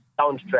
soundtrack